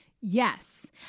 Yes